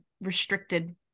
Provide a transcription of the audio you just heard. restricted